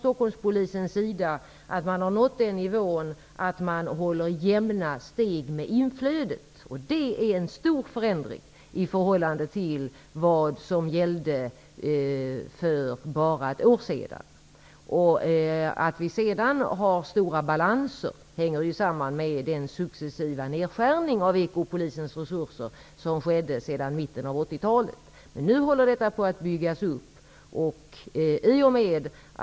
Stockholmspolisen konstaterar nu att man har nått en nivå där man håller jämna steg med inflödet. Det är en stor förändring i förhållande till vad som gällde för bara ett år sedan. Att vi sedan har stora ärendebalanser hänger samman med den successiva nedskärning av ekopolisens resurser som skedde sedan mitten av 1980-talet. Nu håller resurserna på att byggas upp.